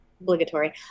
Obligatory